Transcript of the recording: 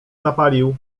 zapalił